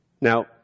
Now